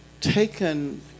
taken